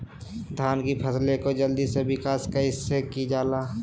धान की फसलें को जल्दी से विकास कैसी कि जाला?